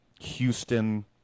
Houston